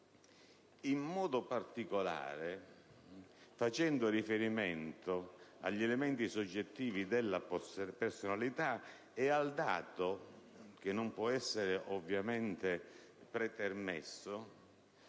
in modo particolare agli elementi soggettivi della personalità e al dato, che non può essere ovviamente pretermesso,